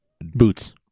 boots